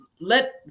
let